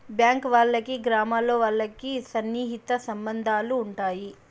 bank వాళ్ళకి గ్రామాల్లో వాళ్ళకి సన్నిహిత సంబంధాలు ఉంటాయి